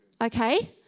Okay